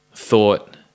Thought